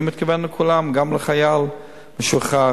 אני מתכוון לכולם, גם לחייל משוחרר.